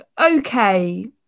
okay